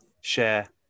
share